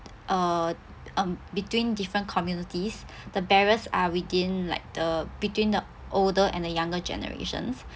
uh um between different communities the barriers are within like the between the older and the younger generations